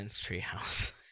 Treehouse